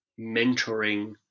mentoring